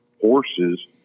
horses